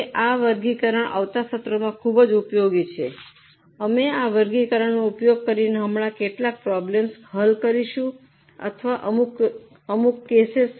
હવે આ વર્ગીકરણ આવતા સત્રોમાં ખૂબ ઉપયોગી છે અમે આ વર્ગીકરણનો ઉપયોગ કરીને કેટલીક પ્રોબ્લેમ્સઓ હલ કરીશું અથવા અમુક કેસોને હલ કરીશું હમણાં આપણે અહીં રોકાઈશું